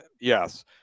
yes